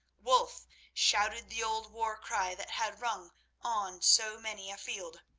wulf shouted the old war-cry that had rung on so many a field